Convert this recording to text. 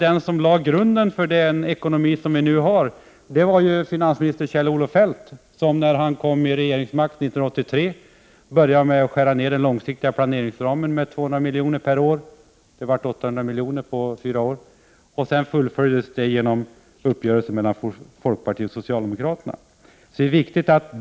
Den som lade grunden för den ekonomi vi nu har var ju finansminister Kjell-Olof Feldt, som när socialdemokraterna 1983 fick regeringsmakten började med att skära ned den långsiktiga planeringsramen med 200 miljoner per år. Det blev 800 miljoner på fyra år. Det fullföljdes sedan genom en uppgörelse mellan folkpartiet och socialdemokraterna.